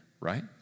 right